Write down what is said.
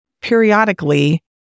periodically